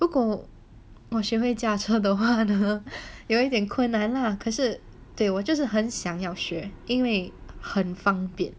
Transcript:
如果我学会驾车的话可能有一点困难那可是对我真的很想要学因为很方便